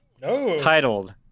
titled